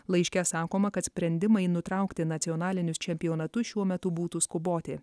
laiške sakoma kad sprendimai nutraukti nacionalinius čempionatus šiuo metu būtų skuboti